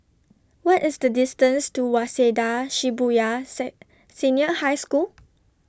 What IS The distance to Waseda Shibuya Said Senior High School